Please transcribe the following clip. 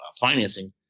financing